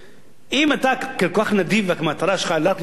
אם אתה כל כך נדיב, והמטרה שלך היא רק לגבות כסף,